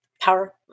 power